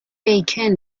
بیکن